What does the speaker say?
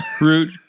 Root